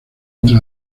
entre